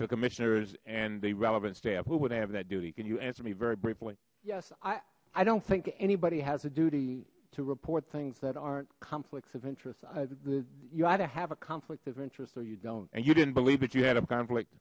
commissioners and the relevant staff who would have that duty can you answer me very briefly yes i i don't think anybody has a duty to report things that aren't conflicts of interest of the united have a conflict of interest or you don't and you didn't believe that you had a conflict